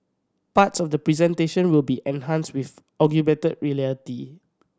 parts of the presentation will be enhanced with augmented reality